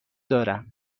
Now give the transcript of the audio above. دارم